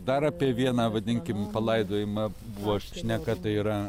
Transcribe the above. dar apie vieną vadinkim palaidojimą buvo šneka tai yra